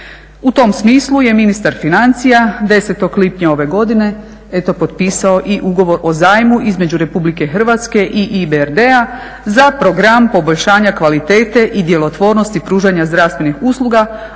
U tom smislu je ministar financija 10.lipnja ove godine potpisao ugovor o zajmu između RH i EBRD-a za Program poboljšanja kvalitete i djelotvornosti pružanja zdravstvenih usluga,